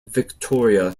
victoria